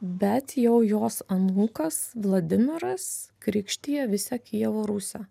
bet jau jos anūkas vladimiras krikštija visą kijevo rusią